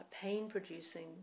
pain-producing